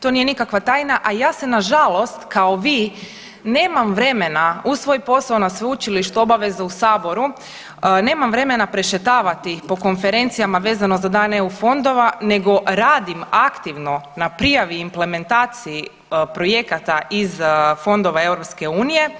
To nije nikakva tajna, a ja se nažalost kao vi nemam vremena uz svoj posao na sveučilištu, obaveza na saboru, nemam vremena prešetavati po konferencijama vezano za Dan EU fondova nego radim aktivno na prijavi implementaciji projekata iz fondova EU.